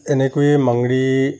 এনেকৈয়ে মাংৰি